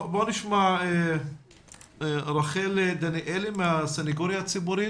בואו נשמע את רחל דניאלי מהסנגוריה הציבורית,